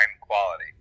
quality